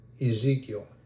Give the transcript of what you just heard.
Ezekiel